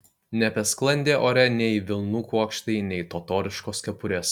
nebesklandė ore nei vilnų kuokštai nei totoriškos kepurės